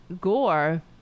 Gore